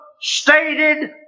stated